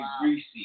greasy